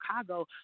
Chicago